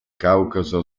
caucaso